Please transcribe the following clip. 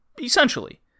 Essentially